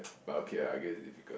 but okay ah I guess is difficult